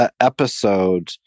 episode